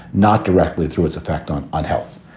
not directly through its effect on unhealth.